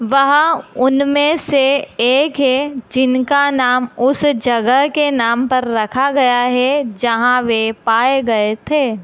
वह उनमें से एक है जिनका नाम उस जगह के नाम पर रखा गया है जहाँ वे पाए गए थे